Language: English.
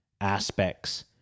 aspects